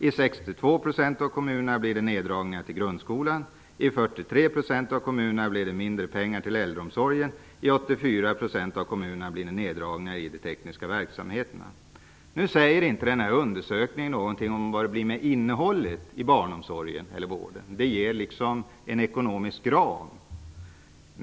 I 62 % av kommunerna blir det neddragningar till grundskolan. I 43 % av kommunerna blir det mindre pengar till äldreomsorgen. I 84 % av kommunerna blir det neddragningar i de tekniska verksamheterna. Nu säger inte denna undersökning något om hur det blir med innehållet i barnomsorgen eller vården. Den anger bara en ekonomisk grad.